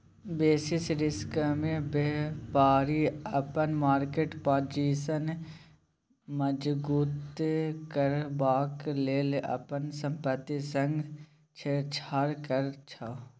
basis रिस्कमे बेपारी अपन मार्केट पाजिशन मजगुत करबाक लेल अपन संपत्ति संग छेड़छाड़ करै छै